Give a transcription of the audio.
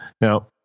Now